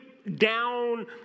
down